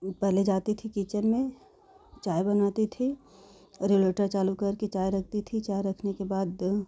पहले जाती थी किचन में चाय बनाती थी और रेगुलेटर चालू करके चाय रखती थी चाय रखने के बाद दें